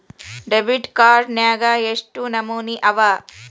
Debit card ನ್ಯಾಗ್ ಯೆಷ್ಟ್ ನಮನಿ ಅವ?